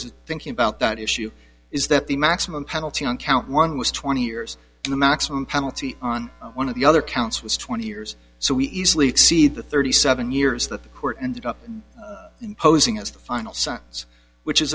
is thinking about that issue is that the maximum penalty on count one was twenty years to the maximum penalty on one of the other counts was twenty years so we easily exceed the thirty seven years that the court ended up in posing as the final